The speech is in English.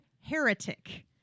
Heretic